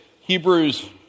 Hebrews